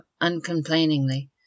uncomplainingly